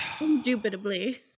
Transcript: indubitably